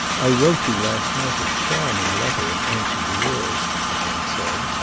i wrote you last night a charming letter in answer to yours, baron said.